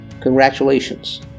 congratulations